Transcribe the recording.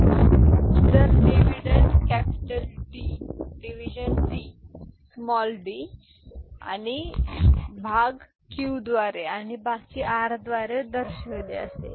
आणि जर dividend capital D division d भाग क्यूद्वारे आणि बाकी आरद्वारे दर्शविले असेल